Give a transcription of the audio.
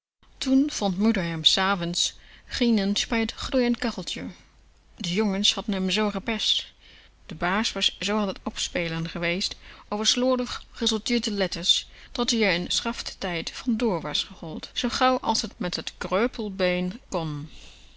toen vond moeder m s avonds grienend bij t gloeiend kacheltje de jongens hadden m z gepest de baas was z an t opspelen geweest over slordig gesorteerde letters dat-ie r in schafttijd vandoor was gehold zoo gauw als t met t kreupel been kon